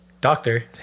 doctor